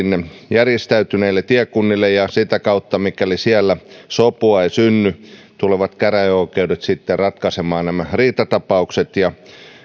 järjestäytyneille tiekunnille ja sitä kautta mikäli siellä ei sopua synny tulevat käräjäoikeudet sitten ratkaisemaan nämä riitatapaukset ja